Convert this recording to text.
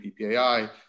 PPAI